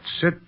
sit